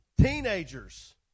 teenagers